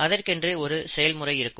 அதற்கென்று ஒரு செயல்முறை இருக்கும்